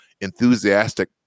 enthusiastic